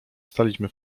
staliśmy